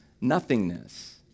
nothingness